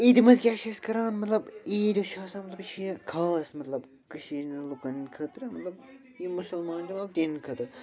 عیٖدِ منٛز کیٛاہ چھِ أسۍ کَران مطلب عیٖد یۄس چھِ آسان مطلب یہِ چھِ خاص مطلب کٔشیٖرِ ہٕنٛدٮ۪ن لُکن ہٕنٛدِ خٲطرٕ مطلب یِم مُسلمان چھِ مطلب تِہٕنٛدِ خٲطرٕ